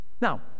Now